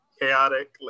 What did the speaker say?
chaotic